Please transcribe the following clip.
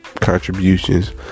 contributions